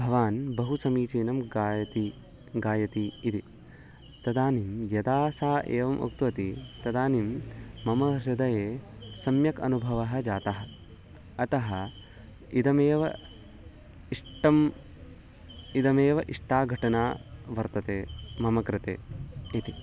भवान् बहु समीचीनं गायति गायति इति तदानीं यदा सा एवम् उक्तवती तदानीं मम हृदये सम्यक् अनुभवः जातः अतः इदमेव इष्टम् इदमेव इष्टा घटना वर्तते मम कृते इति